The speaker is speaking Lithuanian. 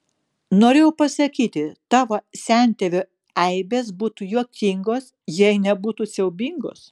norėjau pasakyti tavo sentėvio eibės būtų juokingos jei nebūtų siaubingos